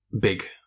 big